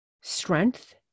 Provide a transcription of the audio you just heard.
strength